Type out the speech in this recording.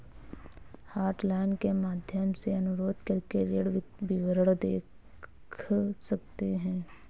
hotline के माध्यम से अनुरोध करके ऋण विवरण देख सकते है